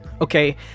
Okay